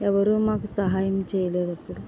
ఎవరు మాకు సహాయం చేయలేదు అప్పుడు